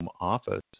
office